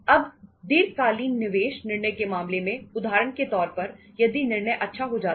अब दीर्घ कालीन निवेश निर्णय के मामले में उदाहरण के तौर पर यदि निर्णय अच्छा हो जाता है